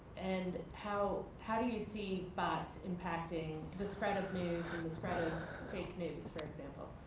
and how how do you see bots impacting the spread of news and the spread of fake news, for example?